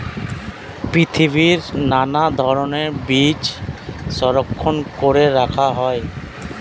পৃথিবীর নানা ধরণের বীজ সংরক্ষণ করে রাখা হয়